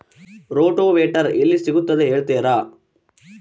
Rotavator ಎಲ್ಲಿ ಸಿಗುತ್ತದೆ ಹೇಳ್ತೇರಾ?